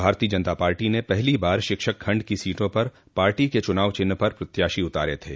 भारतीय जनता पार्टी ने पहली बार शिक्षक खण्ड की सीटों पर पार्टी के चुनाव चिन्ह पर प्रत्याशी उतारे थे